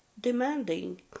demanding